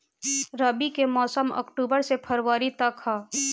रबी के मौसम अक्टूबर से फ़रवरी तक ह